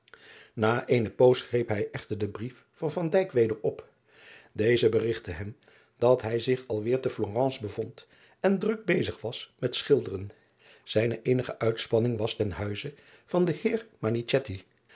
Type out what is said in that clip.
a eene poos greep hij echter den brief van weder op eze berigtte hem dat hij zich al weer te lorence bevond en druk bezig was met schilderen ijne eenige uitspanning was ten huize van den eer